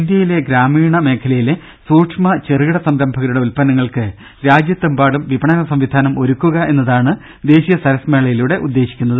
ഇന്ത്യയിലെ ഗ്രാമീണ മേഖലയിലെ സൂക്ഷമ ചെറുകിട സംരംഭകരുടെ ഉത്പന്നങ്ങൾക്ക് രാജ്യത്തെമ്പാടും വിപണന സംവിധാനം ഒരുക്കുക എന്നതാണ് ദേശീയ സരസ് മേളയിലൂടെ ഉദ്ദേശിക്കുന്നത്